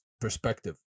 perspective